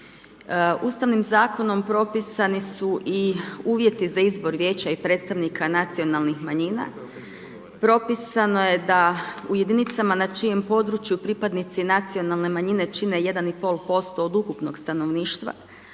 Ustavni zakonom propisani su i uvjeti za izbor vijeća i predstavnika nacionalnih manjina, propisano je da u jedinicama na čijem području pripadnici nacionalne manjine čine 1,5% od ukupnog stanovništva